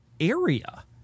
Area